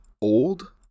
old